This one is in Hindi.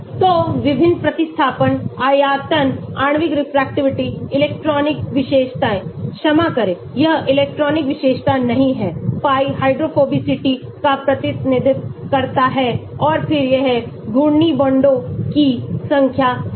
Lorentz Lorentz equation तो विभिन्न प्रतिस्थापन आयतन आणविक रेफ्रेक्टिविटी इलेक्ट्रॉनिक विशेषता क्षमा करें यह इलेक्ट्रॉनिक विशेषता नहीं है pi हाइड्रोफोबिसिटी का प्रतिनिधित्व करता है और फिर यह घूर्णी बांडों की संख्या है